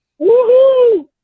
Woohoo